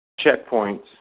Checkpoints